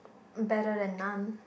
better than none